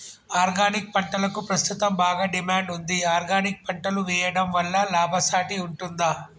Organic పంటలకు ప్రస్తుతం బాగా డిమాండ్ ఉంది ఆర్గానిక్ పంటలు వేయడం వల్ల లాభసాటి ఉంటుందా?